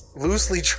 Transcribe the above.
Loosely